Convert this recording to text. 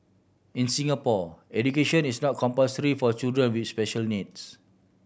in Singapore education is not compulsory for children with special needs